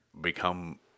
become